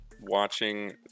watching